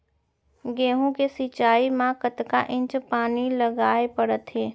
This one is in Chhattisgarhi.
गेहूँ के सिंचाई मा कतना इंच पानी लगाए पड़थे?